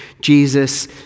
Jesus